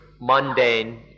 mundane